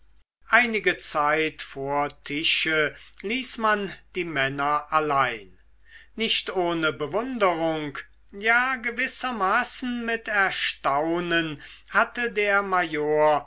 einige zeit vor tische ließ man die männer allein nicht ohne bewunderung ja gewissermaßen mit erstaunen hatte der